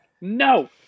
No